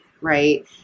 right